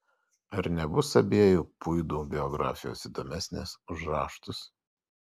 ar nebus abiejų puidų biografijos įdomesnės už raštus